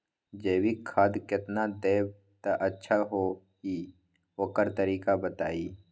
जैविक खाद केतना देब त अच्छा होइ ओकर तरीका बताई?